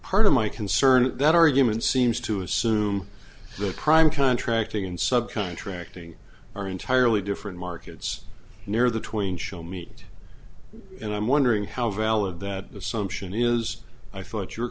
part of my concern that argument seems to assume the prime contracting and sub contracting are entirely different markets near the twain shall meet and i'm wondering how valid that assumption is i thought your